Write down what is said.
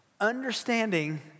understanding